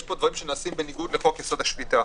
פה דברים שנעשים בניגוד לחוק יסוד: השפיטה.